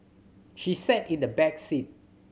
she sat in the back seat